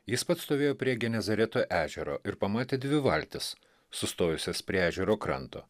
jis pats stovėjo prie genezareto ežero ir pamatė dvi valtis sustojusias prie ežero kranto